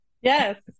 Yes